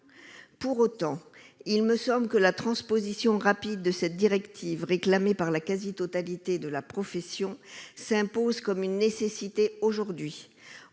Pour autant, il me semble que la transposition rapide de cette directive, réclamée par la quasi-totalité des acteurs de la profession, s'impose comme une nécessité aujourd'hui,